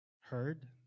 heard